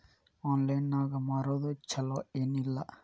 Online ನಾಗ್ ಮಾರೋದು ಛಲೋ ಏನ್ ಇಲ್ಲ?